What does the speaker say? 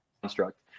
construct